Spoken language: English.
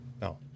No